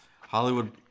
Hollywood